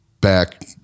back